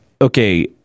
okay